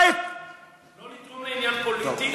לא לתרום לעניין פוליטי.